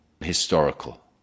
historical